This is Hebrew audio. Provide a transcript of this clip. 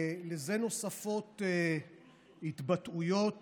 לזה נוספות התבטאויות